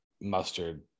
mustard